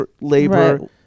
labor